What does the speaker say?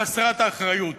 חסרת אחריות.